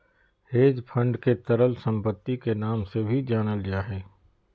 hedge fund के तरल सम्पत्ति के नाम से भी जानल जा हय